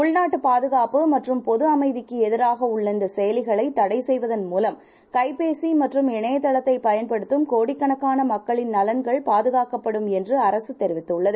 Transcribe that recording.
உள்நாட்டுபாதுகாப்புமற்றும்பொதுஅமைதிக்குஎதிராகஉள்ளஇந்தசெயலிகளைத டைசெய்வதன்மூலம் கைபேசிமற்றும்இணையதளத்தைபயன்படுத்தும்கோடிக்கணக்கானமக்களின்நல ன்கள்பாதுகாக்கப்படும்என்றுஅரசுதெரிவித்துள்ளது